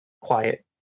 quiet